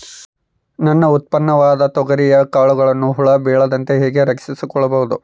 ನನ್ನ ಉತ್ಪನ್ನವಾದ ತೊಗರಿಯ ಕಾಳುಗಳನ್ನು ಹುಳ ಬೇಳದಂತೆ ಹೇಗೆ ರಕ್ಷಿಸಿಕೊಳ್ಳಬಹುದು?